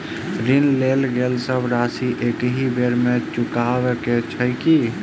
ऋण लेल गेल सब राशि एकहि बेर मे चुकाबऽ केँ छै की?